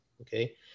okay